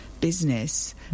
business